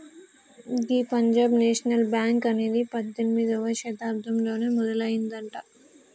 గీ Punjab national bank అనేది పద్దెనిమిదవ శతాబ్దంలోనే మొదలయ్యిందట